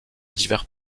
divers